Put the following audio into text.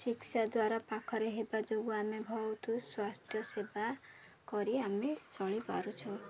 ଚିକିତ୍ସା ଦ୍ୱାରା ପାଖରେ ହେବା ଯୋଗୁଁ ଆମେ ବହୁତ ସ୍ୱାସ୍ଥ୍ୟ ସେବା କରି ଆମେ ଚଳିପାରୁଛୁ